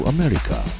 America